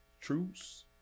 Truce